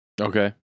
okay